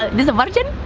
this a virgin?